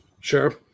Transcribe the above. Sure